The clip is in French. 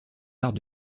arts